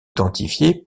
identifié